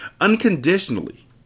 Unconditionally